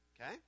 Okay